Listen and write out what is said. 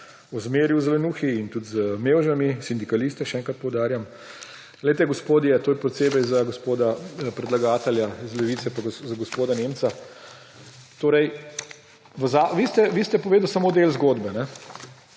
ozmerjal z lenuhi in tudi z mevžami. Sindikaliste, še enkrat poudarjam. Poglejte gospodje, to je posebej za gospoda predlagatelja iz Levice pa za gospoda Nemca. Vi ste povedali samo del zgodbe. Vi